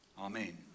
Amen